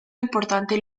importante